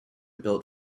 built